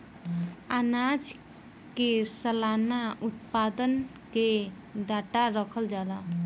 आनाज के सलाना उत्पादन के डाटा रखल जाला